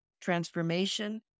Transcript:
transformation